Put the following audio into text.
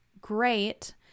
great